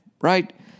right